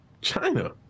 China